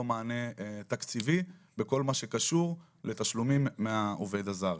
מענה תקציבי בכל מה שקשור לתשלומים מהעובד הזר.